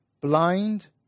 blind